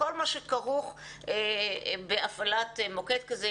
כל מה שכרוך בהפעלת מוקד כזה.